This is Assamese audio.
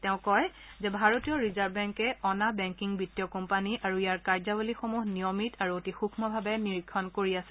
তেওঁ কয় যে ভাৰতীয় ৰিজাৰ্ভ বেংকে অনা বেংকি বিত্তীয় কোম্পানী আৰু ইয়াৰ কাৰ্যৱলীসমূহ নিয়মিত আৰু অতি সুক্ষভাৱে নিৰীক্ষণ কৰি আছে